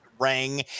rang